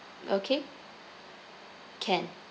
okay can